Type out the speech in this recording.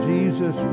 Jesus